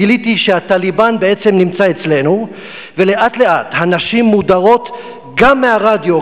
גיליתי שה"טליבאן" בעצם נמצא אצלנו ולאט-לאט הנשים מודרות גם מהרדיו,